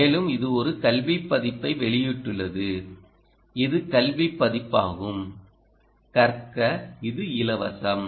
மேலும் இது ஒரு கல்வி பதிப்பை வெளியிட்டுள்ளது இது கல்வி பதிப்பாகும் கற்க இது இலவசம்